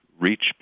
reach